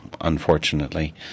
unfortunately